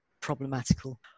problematical